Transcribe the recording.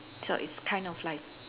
so it's kind of like